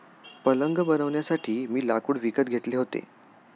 पलंग बनवण्यासाठी मी लाकूड विकत घेतले होते